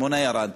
עמונה ירד.